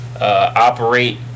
operate